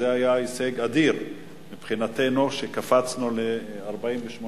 זה היה הישג אדיר מבחינתנו שקפצנו ב-8.5%.